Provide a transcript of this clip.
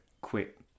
quit